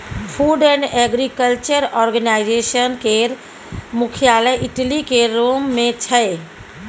food and Agriculture Organization केर मुख्यालय Italy केर रोम मे छै